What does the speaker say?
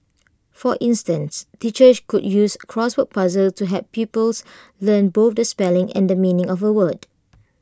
for instance teachers could use crossword puzzles to help pupils learn both the spelling and the meaning of A word